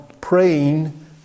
Praying